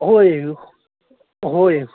ꯍꯣꯏ ꯍꯣꯏ